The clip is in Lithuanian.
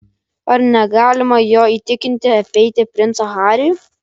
ar negalima jo įtikinti apeiti princą harį